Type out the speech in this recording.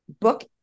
book